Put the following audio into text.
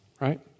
right